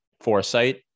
foresight